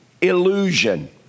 illusion